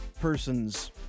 persons